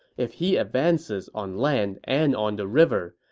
if he advances on land and on the river,